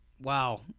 Wow